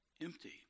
Empty